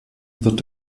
wird